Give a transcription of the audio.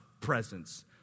presence